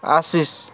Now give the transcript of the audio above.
Ashish